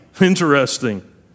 Interesting